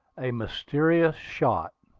a mysterious shot.